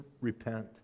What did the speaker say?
repent